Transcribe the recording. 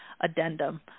addendum